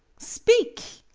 speak!